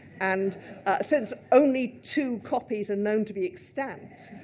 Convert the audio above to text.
and since only two copies are known to be extant,